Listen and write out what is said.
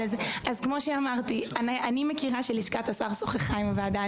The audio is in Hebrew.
אז כמו שאמרתי: אני מכירה שלשכת השר שוחחה עם הוועדה.